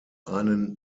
einen